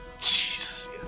Jesus